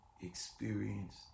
experience